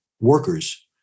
workers